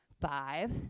five